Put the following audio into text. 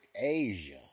Asia